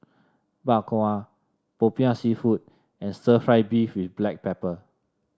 Bak Kwa popiah seafood and stir fry beef with Black Pepper